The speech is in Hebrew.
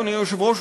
אדוני היושב-ראש,